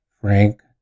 frank